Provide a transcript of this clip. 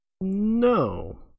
No